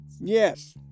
Yes